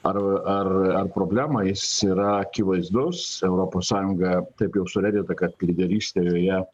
ar ar ar problema jis yra akivaizdus europos sąjunga taip jau surėdyta kad lyderystė joje